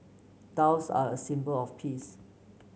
doves are a symbol of peace